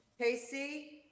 Casey